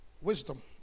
Wisdom